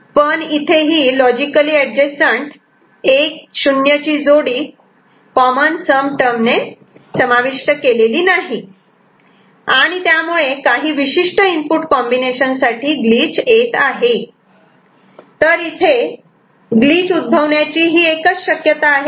पण इथे ही लॉजिकली एडजसंट 1 0 ची जोडी कॉमन सम टर्मणे समाविष्ट केलेली नाही आणि त्यामुळे काही विशिष्ट इनपुट कॉम्बिनेशन साठी ग्लिच येत आहे तर इथे ग्लिच उद्भवण्याची ही एकच शक्यता आहे का